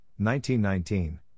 1919